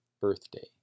birthday